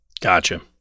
Gotcha